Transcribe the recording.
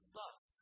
love